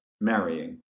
marrying